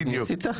ניסית?